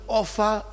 offer